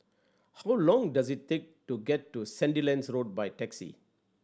how long does it take to get to Sandilands Road by taxi